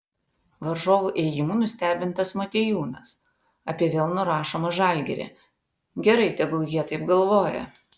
varžovų ėjimų nustebintas motiejūnas apie vėl nurašomą žalgirį gerai tegul jie taip galvoja